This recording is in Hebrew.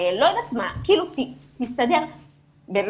לא יודעת מה, תסתדר, באמת.